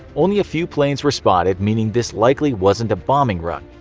only a few planes were spotted, meaning this likely wasn't a bombing run.